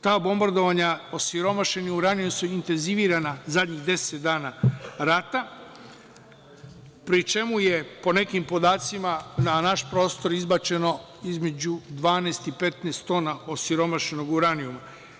Ta bombardovanja osiromašenim uranijumom su intenzivirana zadnjih deset dana rata, pri čemu je, po nekim podacima, na naš prostor izbačeno između 12 i 15 tona osiromašenog uranijuma.